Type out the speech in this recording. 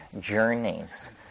journeys